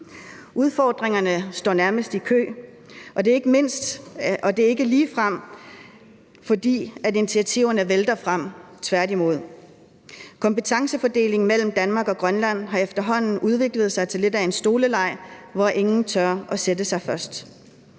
Udfordringerne står nærmest i kø, og det er ikke ligefrem, fordi initiativerne vælter frem, tværtimod. Kompetencefordelingen mellem Danmark og Grønland har efterhånden udviklet sig til lidt af en stoleleg, hvor ingen tør at sætte sig først.